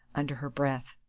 under her breath,